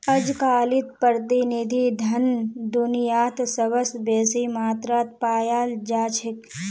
अजकालित प्रतिनिधि धन दुनियात सबस बेसी मात्रात पायाल जा छेक